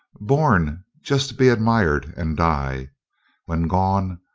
born just to be admir'd and die when gone,